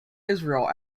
israel